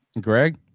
greg